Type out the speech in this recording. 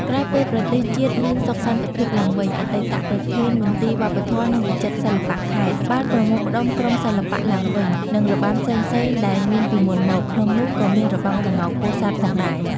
ក្រោយពេលប្រទេសជាតិមានសុខសន្តិភាពឡើងវិញ អតីតប្រធានមន្ទីរវប្បធម៌ និងវិចិត្រសិល្បៈខេត្ដ បានប្រមូលផ្ដុំក្រុមសិល្បៈឡើងវិញ និងរបាំផ្សេងៗដែលមានពីមុនមក ក្នុងនោះក៏មានរបាំក្ងោកពោធិ៍សាត់ផងដែរ ។